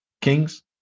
Kings